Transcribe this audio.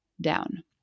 down